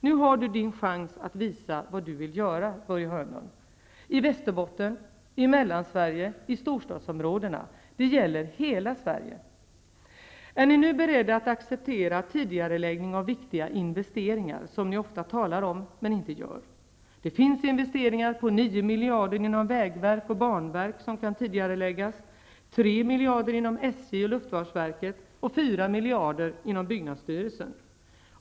Nu har ni er chans att visa vad ni vill göra, Börje Hörnlund -- i Västerbotten, i Mellansverige, i storstadsområdena. Det gäller hela Sverige. Är ni nu beredda att acceptera tidigareläggningar av viktiga investeringar, som ni ofta talar om, men inte gör? Det finns investeringar om 9 miljarder inom vägverket och banverket som kan tidigareläggas, 3 miljarder inom SJ och luftfartsverket, och 4 miljarder inom byggnadsstyrelsen.